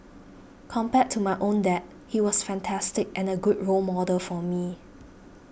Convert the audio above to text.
compared to my own dad he was fantastic and a good role model for me